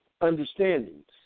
understandings